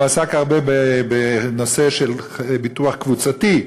הוא עסק הרבה בנושא של ביטוח קבוצתי,